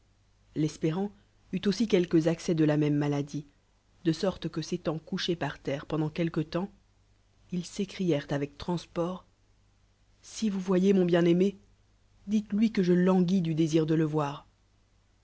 l'espérant eui aussi quelques accès de la méme maladie de sorte que élant couchés par terre penclaut quelqne temps ils s'écrièrent avec transport si vous voyœ mon bien aimé dites-lui que je languis du désir de le voir